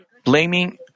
Blaming